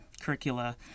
curricula